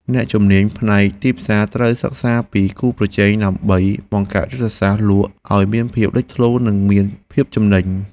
អ្នកជំនាញផ្នែកទីផ្សារត្រូវសិក្សាពីគូប្រជែងដើម្បីបង្កើតយុទ្ធសាស្ត្រលក់ឱ្យមានភាពលេចធ្លោនិងមានភាពចំណេញ។